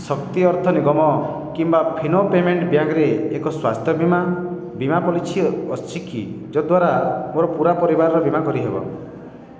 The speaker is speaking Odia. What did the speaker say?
ଶକ୍ତି ଅର୍ଥ ନିଗମ କିମ୍ବା ଫିନୋ ପେମେଣ୍ଟ ବ୍ୟାଙ୍କରେ ଏକ ସ୍ଵାସ୍ଥ୍ୟ ବୀମା ବୀମା ପଲିସି ଅଛି କି ଯଦ୍ଵାରା ମୋର ପୂରା ପରିବାରର ବୀମା କରିହେବ